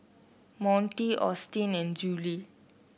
Monty Austen and Juli